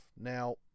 Now